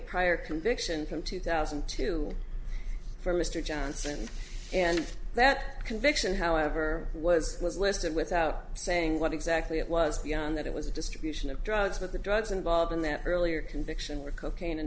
prior conviction from two thousand and two for mr johnson and that conviction however was listed without saying what exactly it was beyond that it was a distribution of drugs but the drugs involved in that earlier conviction were cocaine and